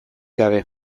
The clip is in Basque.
gabe